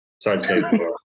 Sorry